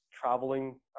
traveling